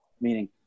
meaning